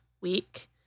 week